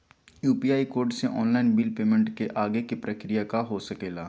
UPI code से online bill payment के आगे के प्रक्रिया का हो सके ला?